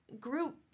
group